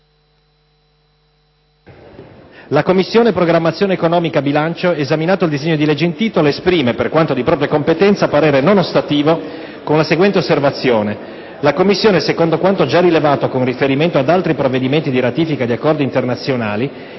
«La Commissione programmazione economica, bilancio, esaminato il disegno di legge in titolo, esprime, per quanto di propria competenza, parere non ostativo con la seguente osservazione: la Commissione, secondo quanto già rilevato con riferimento ad altri provvedimenti di ratifica di accordi internazionali,